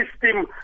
system